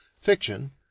fiction